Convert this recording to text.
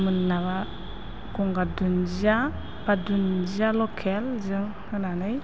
मोनाबा गंगार दुन्दिया बा दुन्दिया लकेलजों होनानै